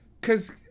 cause